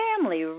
family